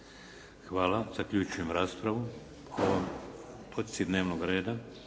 Hvala. Zaključujem raspravu o ovoj točci dnevnog reda.